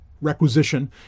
requisition